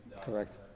correct